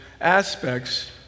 aspects